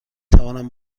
توانم